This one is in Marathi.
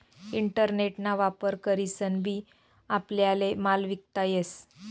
इंटरनेट ना वापर करीसन बी आपल्याले माल विकता येस